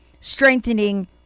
strengthening